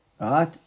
Right